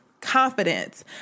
confidence